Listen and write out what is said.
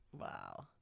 Wow